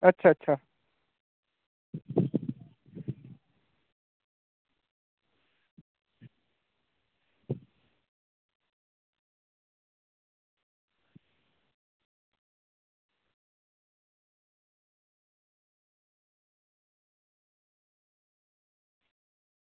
अच्छा अच्छा